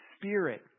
Spirit